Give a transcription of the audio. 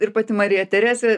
ir pati marija teresė